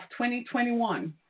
2021